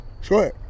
Sure